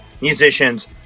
musicians